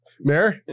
Mayor